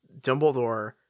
dumbledore